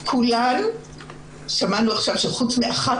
כולן חוץ מאחת